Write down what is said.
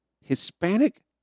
Hispanic